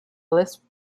lisp